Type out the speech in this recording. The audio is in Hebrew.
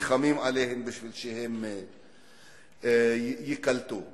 נלחמים בשביל שהם ייקלטו בהם.